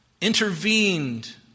intervened